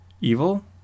evil